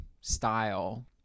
style